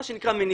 מה שנקרא מניפה.